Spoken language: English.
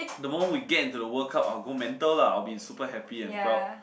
the moment we get into the World Cup I will go mental lah I will be super happy and proud